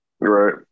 right